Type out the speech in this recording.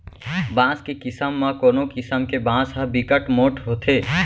बांस के किसम म कोनो किसम के बांस ह बिकट मोठ होथे